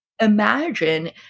imagine